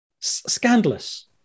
Scandalous